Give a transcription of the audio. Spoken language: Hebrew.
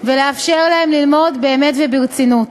ולאפשר להם ללמוד באמת וברצינות.